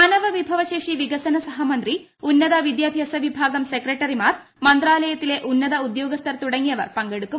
മാനവവിഭവ ശേഷി വികസന സഹമന്ത്രി ഉന്നത വിദ്യാഭ്യാസ വിഭാഗം സെക്രട്ടറിമാർ മന്ത്രാലയത്തിലെ ഉന്നത ഉദ്യോഗ്യസ്ഥൻ തുടങ്ങിയവർ പങ്കെടുക്കും